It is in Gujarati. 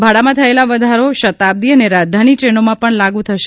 ભાડામાં થયેલો વધારો શતાબ્દી અને રાજધાની ટ્રેનોમાં પણ લાગુ થશે